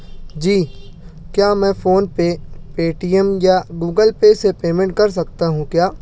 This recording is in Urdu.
جی کیا میں PhonePe Paytm یا گوگل پے سے پیمنٹ کر سکتا ہوں کیا